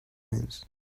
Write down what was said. means